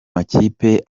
makipe